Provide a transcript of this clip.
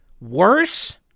worse